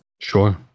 Sure